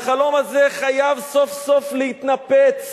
והחלום הזה חייב סוף-סוף להתנפץ,